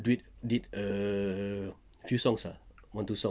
did did a few songs ah one two songs